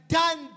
done